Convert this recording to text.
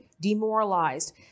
demoralized